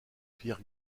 pierre